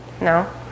No